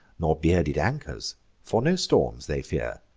nor bearded anchors for no storms they fear.